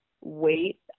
wait